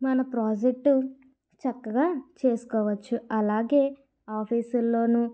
మన ప్రాజెక్టు చక్కగా చేసుకోవచ్చు అలాగే ఆఫీసు ల్లోనూ